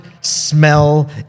smell